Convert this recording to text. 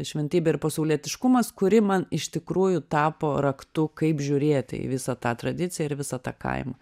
šventybė ir pasaulietiškumas kuri man iš tikrųjų tapo raktu kaip žiūrėti į visą tą tradiciją ir visą tą kaimą